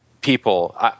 people